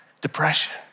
Depression